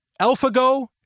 AlphaGo